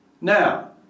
now